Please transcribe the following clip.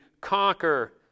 conquer